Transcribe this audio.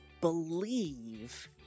believe